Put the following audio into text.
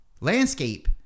Landscape